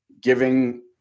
giving